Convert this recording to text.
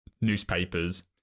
newspapers